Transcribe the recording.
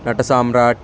Natsamrat